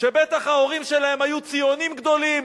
בטח ההורים שלהם היו ציונים גדולים,